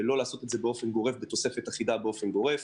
זה לא לבצע תוספת אחידה באופן גורף,